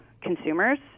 consumers